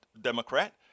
Democrat